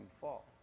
fall